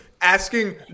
asking